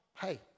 hey